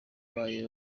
babaye